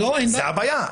זו הבעיה.